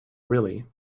really